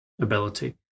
ability